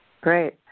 Great